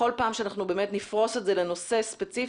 ובכל פעם שאנחנו באמת נפרוס את זה לנושא ספציפי,